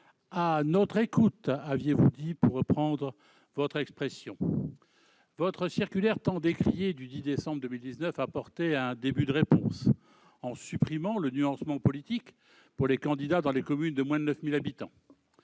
« à notre écoute », pour reprendre l'expression que vous aviez utilisée ! Votre circulaire tant décriée du 10 décembre 2019 apportait un début de réponse, en supprimant le nuancement politique pour les candidats dans les communes de moins de 9 000 habitants.